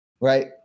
right